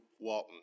Walton